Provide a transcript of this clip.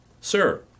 Sir